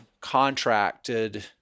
contracted